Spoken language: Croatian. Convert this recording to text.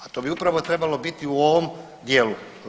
A to bi upravo trebalo biti u ovom dijelu.